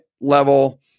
level